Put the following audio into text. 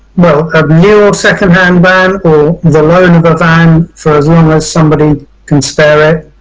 well a new or secondhand van or the loan of a van for as long as somebody can spare it.